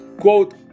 quote